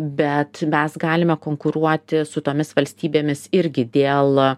bet mes galime konkuruoti su tomis valstybėmis irgi dėl